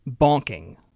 bonking